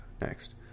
Next